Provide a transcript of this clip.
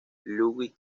ludwig